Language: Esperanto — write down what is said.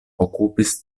okupis